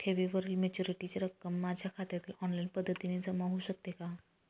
ठेवीवरील मॅच्युरिटीची रक्कम माझ्या खात्यात ऑनलाईन पद्धतीने जमा होऊ शकते का?